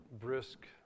brisk